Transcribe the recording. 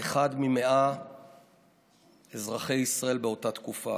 אחד מכל מאה אזרחי ישראל באותה תקופה.